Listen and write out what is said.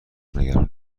نگران